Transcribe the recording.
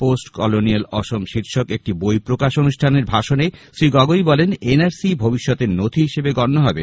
post colonial Assam শীর্ষক একটি বই প্রকাশ অনুষ্ঠানে ভাষণে শ্রী গগৈ বলেন এনআরসি ভবিষ্যত নথি হিসেবে গণ্য হবে